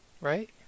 Right